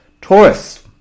Taurus